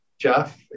Jeff